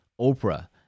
Oprah